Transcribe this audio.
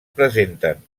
presenten